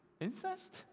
incest